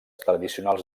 tradicionals